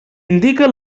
indica